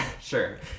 Sure